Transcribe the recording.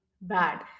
bad